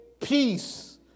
peace